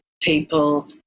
people